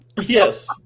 Yes